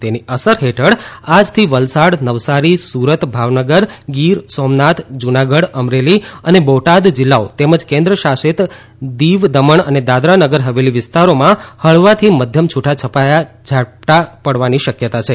તેની અસર હેઠળ આજથી વલસાડ નવસારી સુરત ભાવનગર ગીર સોમનાથ જુનાગઢ અમરેલી અને બોટાદ જિલ્લાઓ તેમજ કેંન્દ્ર શાસીત દીવ દમણ અને દાદરા નગર હવેલી વિસ્તારોમાં હળવાથી મધ્યમ છૂટાછવાયા ઝાપટાં પાડવાની શક્યતા છે